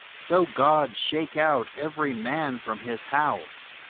so god shake out every man from his house,